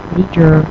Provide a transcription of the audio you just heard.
Major